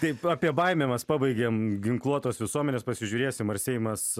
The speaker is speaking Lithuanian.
taip apie baimę mes pabaigėm ginkluotos visuomenės pasižiūrėsim ar seimas